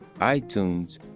iTunes